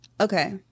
Okay